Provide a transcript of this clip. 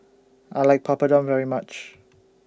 I like Papadum very much